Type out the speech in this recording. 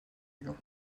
lyon